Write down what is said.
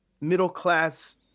middle-class